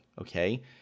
okay